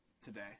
today